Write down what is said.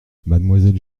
mademoiselle